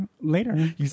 later